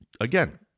again